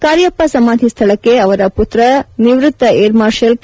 ಕಾರ್ಯಪ್ಪ ಸಮಾಧಿ ಸ್ನಳಕ್ಕೆ ಅವರ ಪುತ್ರ ನಿವ್ವತ್ತ ಏರ್ ಮಾರ್ಷಲ್ ಕೆ